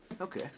Okay